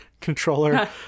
controller